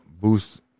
boost